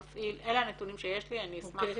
אלה הנתונים שיש לי, אני אשמח